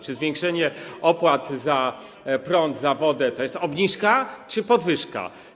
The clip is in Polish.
Czy zwiększenie opłat za prąd, za wodę to jest obniżka czy podwyżka?